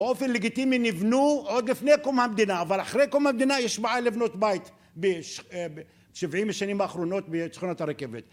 באופן לגיטימי נבנו עוד לפני קום המדינה, אבל אחרי קום המדינה יש בעיה לבנות בית בשבעים השנים האחרונות בשכונות הרכבת